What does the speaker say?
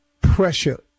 pressure